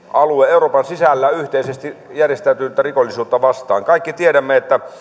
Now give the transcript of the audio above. euroopan sisällä yhteisesti järjestäytynyttä rikollisuutta vastaan kaikki tiedämme että